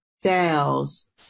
sales